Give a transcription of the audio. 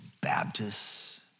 Baptists